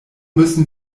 müssen